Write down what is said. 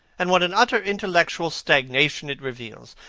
and what an utter intellectual stagnation it reveals!